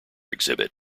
exhibit